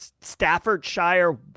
Staffordshire